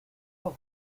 los